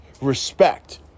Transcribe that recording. respect